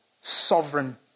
sovereign